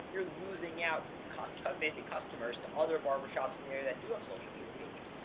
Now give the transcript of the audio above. you're losing out costco, busy customers to other barber shops in the area that do have social media pages.